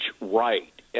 right